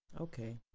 Okay